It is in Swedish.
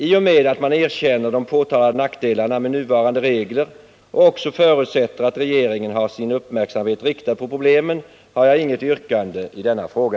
I och med att man erkänner de påtalade nackdelarna med nuvarande regler och förutsätter att regeringen har sin uppmärksamhet riktad på problemet, har jag inget yrkande i denna fråga.